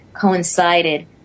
coincided